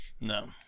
No